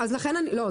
לא,